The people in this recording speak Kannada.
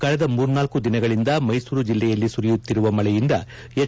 ಕಳೆದ ಮೂರ್ನಾಲ್ಕು ದಿನಗಳಿಂದ ಮೈಸೂರು ಜಿಲ್ಲೆಯಲ್ಲಿ ಸುರಿಯುತ್ತಿರುವ ಮಳೆಯಿಂದ ಪೆಚ್